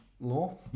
Law